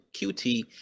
QT